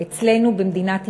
אצלנו במדינת ישראל,